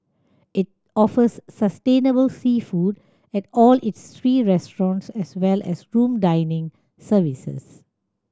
it offers sustainable seafood at all its three restaurants as well as room dining services